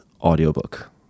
audiobook